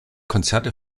konzerte